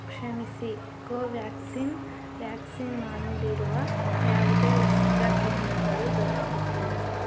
ಕ್ಷಮಿಸಿ ಕೋವ್ಯಾಕ್ಸಿನ್ ವ್ಯಾಕ್ಸಿನ್ ಹೊಂದಿರುವ ಯಾವುದೇ ಲಸಿಕಾ ಕೇಂದ್ರಗಳು ದೊರಕುತ್ತಿಲ್ಲ